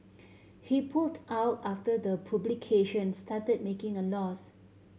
he pulled out after the publication started making a loss